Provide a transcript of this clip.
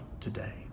today